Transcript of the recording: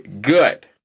good